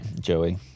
Joey